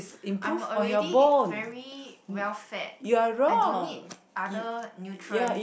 I'm already very well fed I don't need other nutrients